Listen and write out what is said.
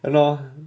ah lor